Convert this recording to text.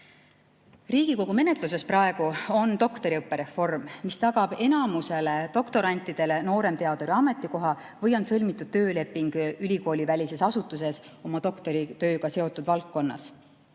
Riigikogu menetluses on praegu doktoriõppe reform, mis tagab enamusele doktorantidele nooremteaduri ametikoha või [võimaluse] sõlmida tööleping ülikoolivälises asutuses oma doktoritööga seotud valdkonnas.